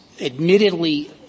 admittedly